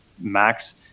max